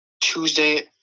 Tuesday